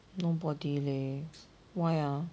nobody leh why ah